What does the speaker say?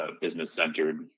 business-centered